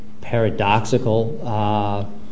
paradoxical